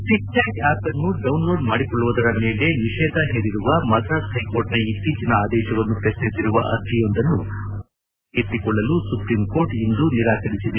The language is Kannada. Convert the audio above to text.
ಟಕ್ಟಾಕ್ ಆಪ್ ಅನ್ನು ಡೌನ್ಲೋಡ್ ಮಾಡಿಕೊಳ್ಳುವುದರ ಮೇಲೆ ನಿಷೇಧ ಹೇರಿರುವ ಮಧ್ರಾಸ್ ಹೈಕೋರ್ಟ್ನ ಇತ್ತೀಚಿನ ಆದೇಶವನ್ನು ಶ್ರತ್ನಿಸಿರುವ ಅರ್ಜಿಯೊಂದನ್ನು ತುರ್ತಾಗಿ ವಿಚಾರಣೆಗೆ ಕೈಗೆತ್ತಿಕೊಳ್ಳಲು ಸುಪ್ರೀಂಕೋರ್ಟ್ ಇಂದು ನಿರಾಕರಿಸಿದೆ